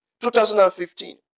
2015